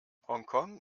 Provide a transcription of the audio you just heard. hongkong